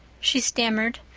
she stammered.